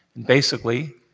basically,